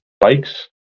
bikes